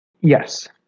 Yes